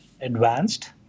advanced